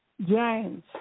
James